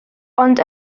ond